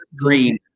green